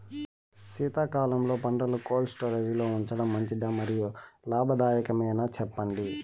శీతాకాలంలో పంటలు cold storage లో ఉంచడం మంచిదా? మరియు లాభదాయకమేనా, సెప్పండి